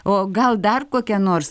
o gal dar kokią nors